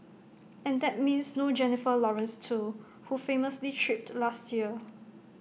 and that means no Jennifer Lawrence too who famously tripped last year